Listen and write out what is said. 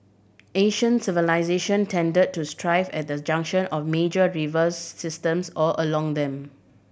ancient civilisation tend to thrive at the junction of major river systems or along them